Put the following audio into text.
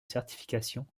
certification